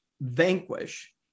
vanquish